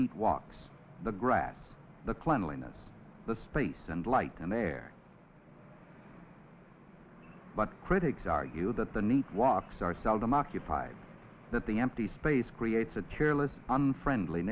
neat walks the grass the cleanliness the space and light and air but critics argue that the need walks are seldom occupied that the empty space creates a tearless unfriendly